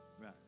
right